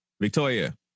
Victoria